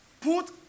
Put